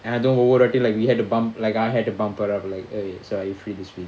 I don't know what like we had a bump like I had a bump her up like eh so are you free this week